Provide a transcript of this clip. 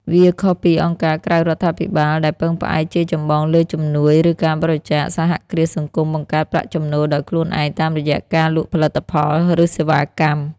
វាខុសពីអង្គការក្រៅរដ្ឋាភិបាល ដែលពឹងផ្អែកជាចម្បងលើជំនួយឬការបរិច្ចាគ សហគ្រាសសង្គមបង្កើតប្រាក់ចំណូលដោយខ្លួនឯងតាមរយៈការលក់ផលិតផល ឬសេវាកម្ម។